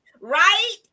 right